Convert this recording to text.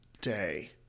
day